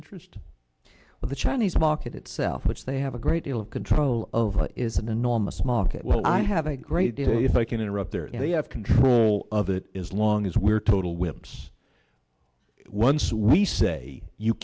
interest of the chinese market itself which they have a great deal of control over is an enormous market well i have a great day if i can interrupt there if they have control of it is long as we're total wimps once we say you